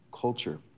culture